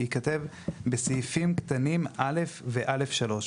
ייכתב "בסעיפים קטנים (א) ו-(א3)".